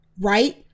right